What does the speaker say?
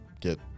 get